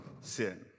sin